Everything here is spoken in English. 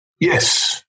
Yes